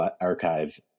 archive